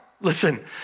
Listen